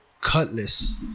Cutlass